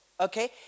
okay